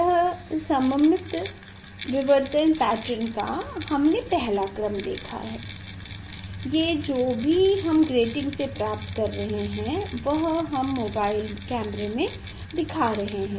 यह सममित विवर्तन पैटर्न का हमने पहला क्रम देखा है ये जो भी हम ग्रेटिंग से प्राप्त कर रहे हैं वह हम मोबाइल कैमरे में दिखा रहे हैं